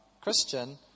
Christian